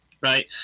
Right